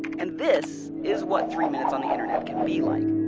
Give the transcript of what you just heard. and this is what three minutes on the internet can be like.